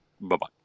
Bye-bye